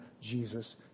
Jesus